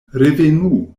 revenu